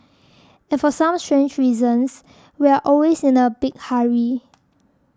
and for some strange reasons we are always in a big hurry